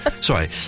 sorry